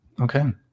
Okay